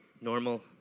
Normal